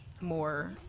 more